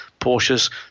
Porsches